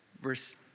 Verse